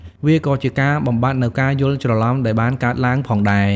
វាក៏ជាការបំបាត់នូវការយល់ច្រឡំដែលបានកើតឡើងផងដែរ។